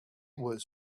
was